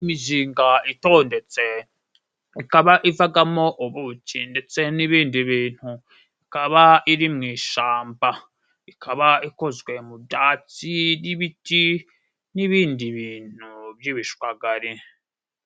Imizinga itondetse ikaba ivagamo ubuki ndetse n'ibindi bintu, ikaba iri mu ishamba, ikaba ikozwe mu byatsi n'ibiti n'ibindi bintu by'ibishwagari.